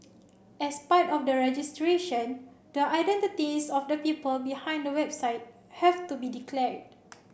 as part of the registration the identities of the people behind the website have to be declared